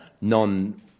non